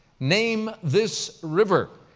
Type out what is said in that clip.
name this river.